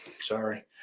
sorry